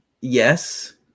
yes